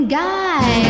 guy